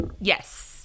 Yes